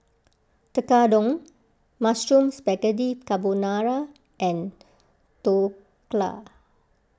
Tekkadon Mushroom Spaghetti Carbonara and Dhokla